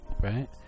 right